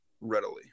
readily